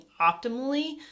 optimally